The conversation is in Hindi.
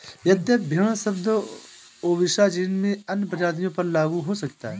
यद्यपि भेड़ शब्द ओविसा जीन में अन्य प्रजातियों पर लागू हो सकता है